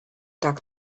tak